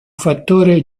fattore